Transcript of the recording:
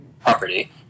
property